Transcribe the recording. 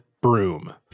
broom